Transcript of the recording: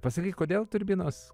pasakyk kodėl turbinos